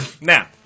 Now